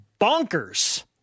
bonkers